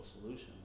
solution